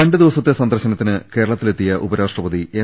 രണ്ടു ദിവസത്തെ സന്ദർശനത്തിന് കേരളത്തിലെത്തിയ ഉപരാ ഷ്ട്രപതി എം